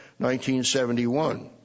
1971